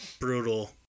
brutal